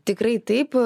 tikrai taip